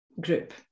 group